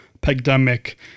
pandemic